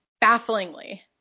bafflingly